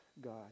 God